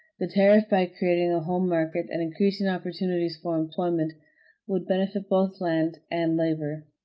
the tariff by creating a home market and increasing opportunities for employment would benefit both land and labor.